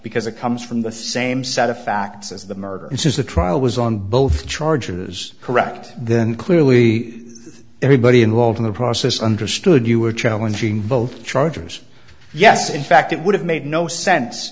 because it comes from the same set of facts as the murder and since the trial was on both charges correct then clearly everybody involved in the process understood you were challenging both chargers yes in fact it would have made no sense